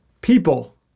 people